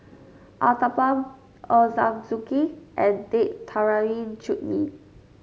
Uthapam Ochazuke and Date Tamarind Chutney